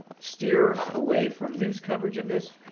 steer away from news coverage of this.